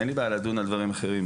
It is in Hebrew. אין לי בעיה לדון על דברים אחרים,